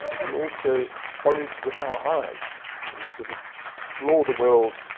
we also forage with our eyes we sort of explore the world,